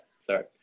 sorry